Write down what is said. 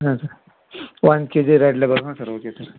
ಹಾಂ ಸರ್ ಒಂದು KG Red Label ಹಾಂ ಸರ್ ಓಕೆ ಸರ್